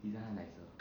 pizza hut nicer